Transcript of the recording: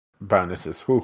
bonuses